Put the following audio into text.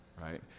right